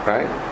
Right